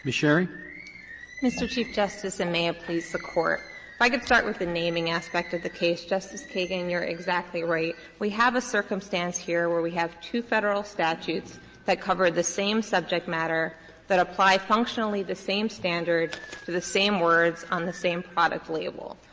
sherry mr. chief justice, and may it please the court if i could start with the naming aspect of the case. justice kagan, you are exactly right. we have a circumstance here where we have two federal statutes that cover the same subject matter that apply functionally the same standard to the same words on the same product label.